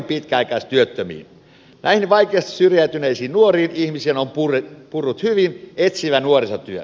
näihin vaikeasti syrjäytyneisiin nuoriin ihmisiin on purrut hyvin etsivä nuorisotyö